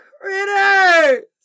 Critter